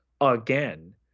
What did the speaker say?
again